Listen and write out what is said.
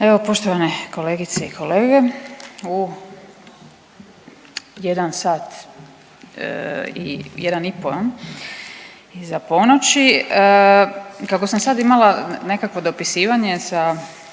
Evo poštovane kolegice i kolege. U jedan sat jedan i po iza ponoći kako sam sad imala nekakvo dopisivanje sa